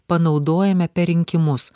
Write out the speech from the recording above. panaudojame per rinkimus